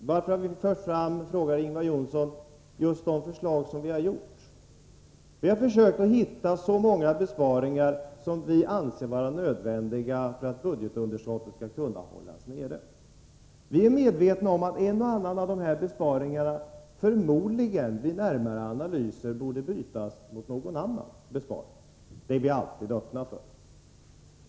Varför har vi föreslagit just de åtgärder som vi har fört fram, frågar Ingvar Johnsson. Vi har försökt att hitta så många besparingar som vi anser vara nödvändiga för att budgetunderskottet skall kunna hållas nere. Vi är medvetna om att en och annan av dessa besparingar vid en närmare analys förmodligen borde bytas mot någon annan besparing. Det är vi alltid öppna för att diskutera.